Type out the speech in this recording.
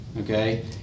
okay